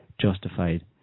justified